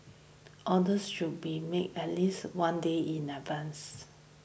orders should be made at least one day in advance